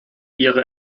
ihre